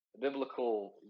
biblical